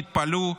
תתפלאו,